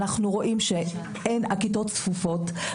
שהכיתות צפופות,